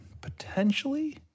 potentially